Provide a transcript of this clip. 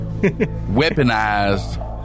Weaponized